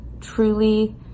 truly